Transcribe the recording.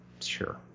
sure